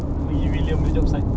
nak pergi william punya job site